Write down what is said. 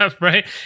right